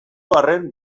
arren